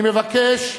אני מבקש,